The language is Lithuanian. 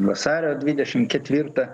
vasario dvidešim ketvirtą